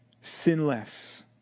sinless